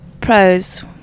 pros